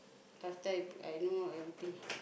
after I I know everything